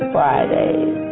Fridays